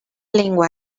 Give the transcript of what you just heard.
lengua